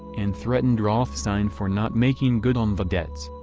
and threatened rothstein for not making good on the debts.